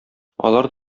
алар